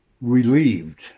relieved